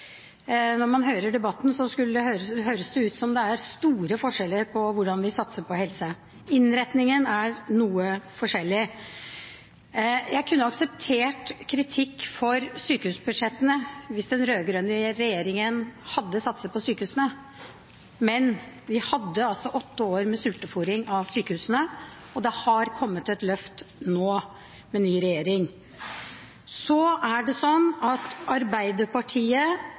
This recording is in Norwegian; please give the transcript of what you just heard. Når man hører debatten, høres det ut som om det er store forskjeller på hvordan vi satser på helse. Innretningen er noe forskjellig. Jeg kunne akseptert kritikk for sykehusbudsjettene hvis den rød-grønne regjeringen hadde satset på sykehusene, men vi hadde åtte år med sultefôring av sykehusene, og det har kommet et løft nå med ny regjering. Arbeiderpartiet